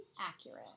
Accurate